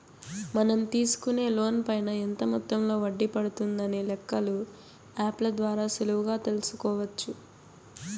మనం తీసుకునే లోన్ పైన ఎంత మొత్తంలో వడ్డీ పడుతుందనే లెక్కలు యాప్ ల ద్వారా సులువుగా తెల్సుకోవచ్చు